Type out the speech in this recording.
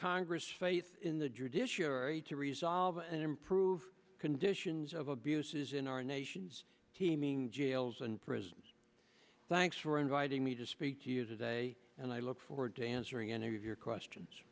congress faith in the judiciary to resolve and improve conditions of abuses in our nation's teeming jails and prisons thanks for inviting me to speak to you today and i look forward to answering any of your questions